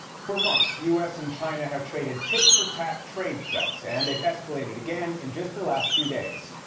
for months, the u s. and china have traded tit-for-tat trade threats, and they have escalated again in just the last few days.